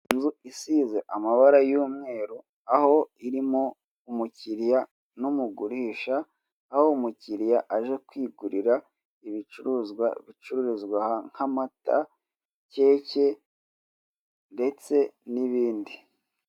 Inzu isize amabara y'umweru, aho irimo umukiriya n'umugurisha. Aho umukiriya aje kwigurira bicuruzwa bicururizwa aha nk'amata, keke ndetse n'ibindi.